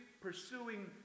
pursuing